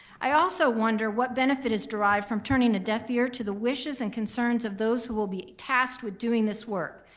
i also also wonder what benefit is derived from turning a deaf ear to the wishes and concerns of those who will be tasked with doing this work.